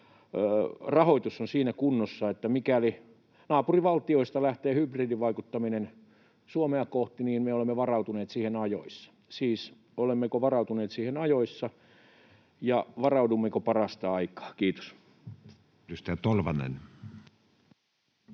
rahoitus ovat siinä kunnossa, että mikäli naapurivaltioista lähtee hybridivaikuttaminen Suomea kohti, niin me olemme varautuneet siihen ajoissa? Siis olemmeko varautuneet siihen ajoissa, ja varaudummeko parasta aikaa? — Kiitos.